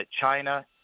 China